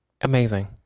amazing